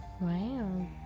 Wow